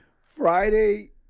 Friday